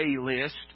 A-list